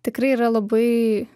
tikrai yra labai